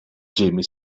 jamie